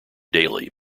daily